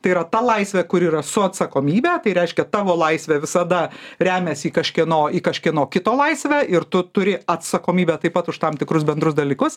tai yra ta laisvė kuri yra su atsakomybe tai reiškia tavo laisvė visada remias į kažkieno į kažkieno kito laisvę ir tu turi atsakomybę taip pat už tam tikrus bendrus dalykus